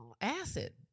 Acid